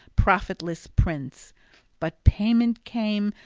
profitless prince but payment came,